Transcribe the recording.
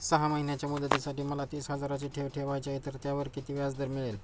सहा महिन्यांच्या मुदतीसाठी मला तीस हजाराची ठेव ठेवायची आहे, तर त्यावर किती व्याजदर मिळेल?